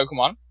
Pokemon